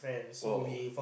!wow!